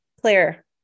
clear